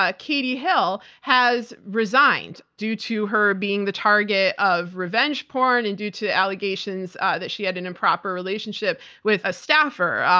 ah katie hill, has resigned due to her being the target of revenge porn and due to allegations that she had an improper relationship with a staffer.